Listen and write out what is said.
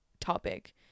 topic